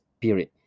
period